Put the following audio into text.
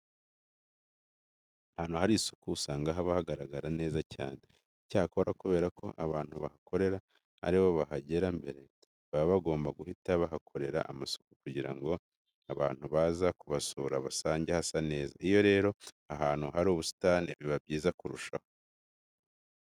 Ahantu hari isuku usanga haba hagaragara neza cyane. Icyakora kubera ko abantu bahakorera ari bo bahagera mbere, baba bagomba guhita bahakorera amasuku kugira ngo abantu baza kubasura basange hasa neza. Iyo rero aha hantu hari ubusitani biba byiza kurushaho.